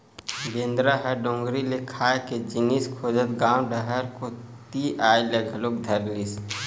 बेंदरा ह डोगरी ले खाए के जिनिस खोजत गाँव म डहर कोती अये ल घलोक धरलिस